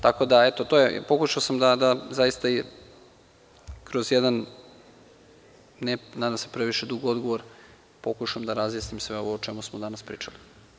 Tako da sam pokušao da zaista kroz jedan, nadam se, ne previše dug odgovor pokušam da razjasnim sve ovo o čemu smo danas pričali.